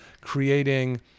creating